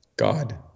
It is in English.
God